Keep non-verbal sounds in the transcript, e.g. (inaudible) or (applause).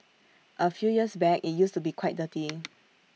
A few years back IT used to be quite dirty (noise)